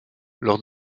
lors